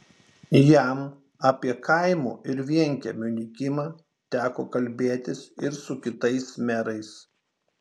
jam apie kaimų ir vienkiemių nykimą teko kalbėtis ir su kitais merais